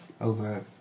over